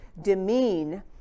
demean